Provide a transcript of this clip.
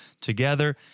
together